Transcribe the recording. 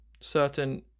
certain